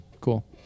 cool